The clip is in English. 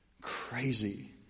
Crazy